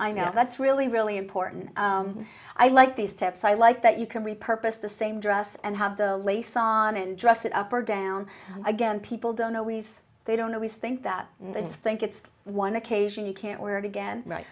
and that's really really important i like these tips i like that you can repurpose the same dress and have the lace on and dress it up or down again people don't always they don't always think that they just think it's one occasion you can't wear it again